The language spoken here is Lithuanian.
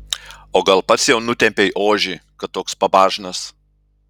o gal pats jau nutempei ožį kad toks pabažnas